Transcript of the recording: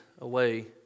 away